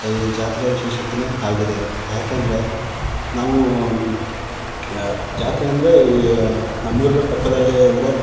ಈ ಜಾತ್ರೆ ವಿಶೇಷತೆಯೇ ಹಾಗಿದೆ ಯಾಕೆಂದರೆ ನಾವೂ ಜಾತ್ರೆ ಅಂದರೆ ನಮ್ಮೂರಿನ ಪಕ್ಕದಲ್ಲಿ ಅಂದರೆ